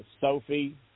Sophie